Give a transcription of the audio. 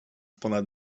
ponad